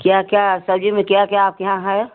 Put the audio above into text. क्या क्या सब्जी में क्या क्या आपके यहाँ है